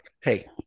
Hey